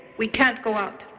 we can't go out.